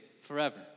forever